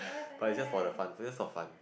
but its just for the fun just for fun